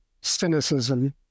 cynicism